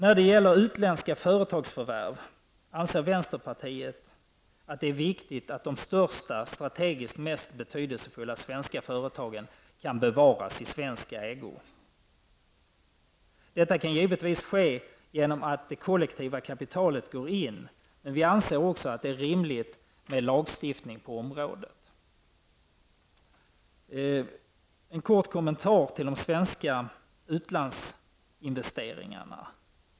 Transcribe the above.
När det gäller utländska företagsförvärv anser vänsterpartiet att det är viktigt att de största, strategiskt mest betydelsefulla svenska företagen kan bevaras i svensk ägo. Detta kan givetvis ske genom att det kollektiva kapitalet går in, men vi anser att det också är rimligt med lagstiftning på området. Jag vill göra en kort kommentar till de svenska utlandsinvesteringarna.